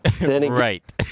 right